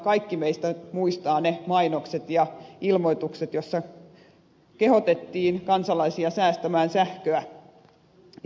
kaikki meistä muistavat ne öljykriisin aikaiset mainokset ja ilmoitukset joissa kehotettiin kansalaisia säästämään sähköä ja energiaa